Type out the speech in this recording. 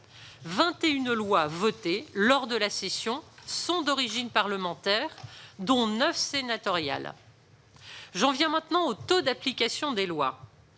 des lois votées lors de la session, 21 lois sont d'origine parlementaire, dont 9 d'origine sénatoriale. J'en viens maintenant au taux d'application des lois.